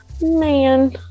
man